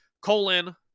colon